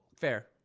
Fair